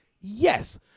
Yes